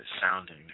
sounding